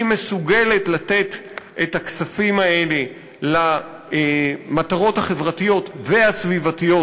היא מסוגלת לתת את הכספים האלה למטרות החברתיות והסביבתיות